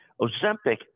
Ozempic